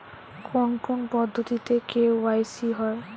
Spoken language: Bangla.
কোন কোন পদ্ধতিতে কে.ওয়াই.সি হয়?